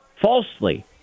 falsely